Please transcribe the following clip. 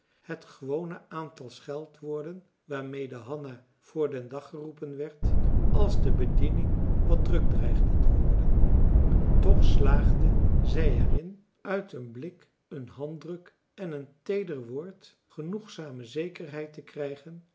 het gewone aantal scheldwoorden waarmede hanna voor den dag geroepen werd als de bediening wat druk dreigde te worden toch slaagde zij er in uit een blik een handdruk en een teeder woord genoegzame zekerheid te krijgen